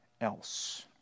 else